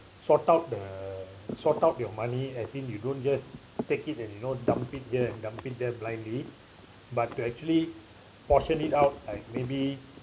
sought out the sought out your money as in you don't just take it and you know dump it here and dump there blindly but to actually portion it out like maybe